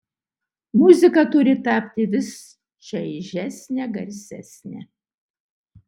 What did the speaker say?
muzika turi tapti vis čaižesnė garsesnė